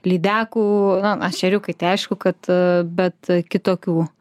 lydekų na ešeriukai tai aišku kad bet kitokių